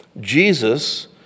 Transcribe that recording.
Jesus